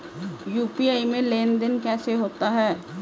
UPI में लेनदेन कैसे होता है?